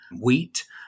wheat